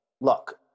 look